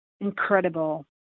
incredible